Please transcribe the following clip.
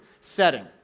setting